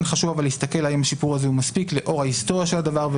כן חשוב להסתכל האם השיפור הזה מספיק לאור ההיסטוריה של הדבר.